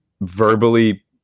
verbally